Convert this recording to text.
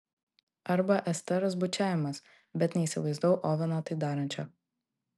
arba esteros bučiavimas bet neįsivaizdavau oveno tai darančio